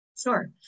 Sure